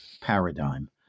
paradigm